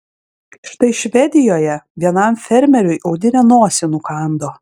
štai švedijoje vienam fermeriui audinė nosį nukando